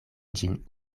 ĝin